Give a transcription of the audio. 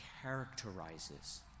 characterizes